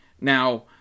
Now